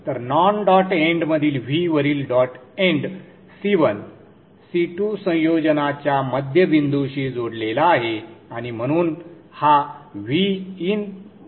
तर non dot एंडमधील V वरील डॉट एंड C1 C2 संयोजनाच्या मध्यबिंदूशी जोडलेला आहे आणि म्हणून हा Vin2 आहे